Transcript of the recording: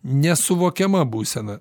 nesuvokiama būsena